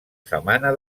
setmana